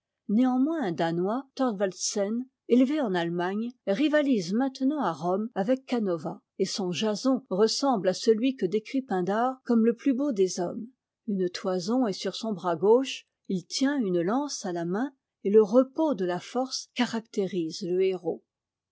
néanmoins un danois thorwaldsen élevé en atlemagne rivalise maintenant à rome avec canova et son jason ressemble à celui que décrit pindare comme le plus beau des hommes une toison est sur son bras gauche il tient une lance à la main et le repos de la force caractérise le héros